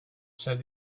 said